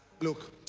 look